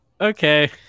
Okay